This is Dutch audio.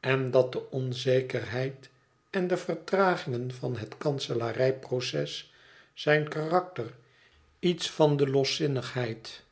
en dat de onzekerheid en de vertragingen van het kanselarij proces zijn karakter iets van de loszinnigheid